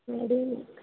Medimix